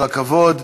כל הכבוד.